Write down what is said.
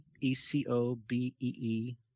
E-C-O-B-E-E